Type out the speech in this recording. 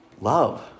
Love